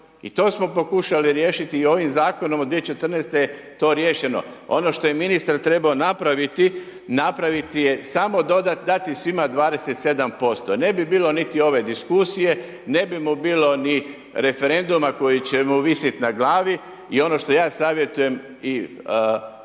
I to smo pokušali riješiti i ovim zakonom od 2014. je to riješeno. Ono što je ministar trebao napraviti je samo dati svima 27% jer ne bi bilo niti ove diskusije, ne bi mu bilo ni referenduma koji će mu visit na glavi i ono što ja savjetujem i ministru